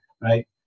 Right